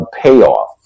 payoff